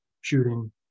shooting